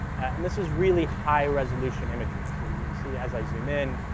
and this is really high-resolution imagery, so you can see as i zoom in,